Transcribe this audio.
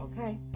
okay